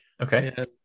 Okay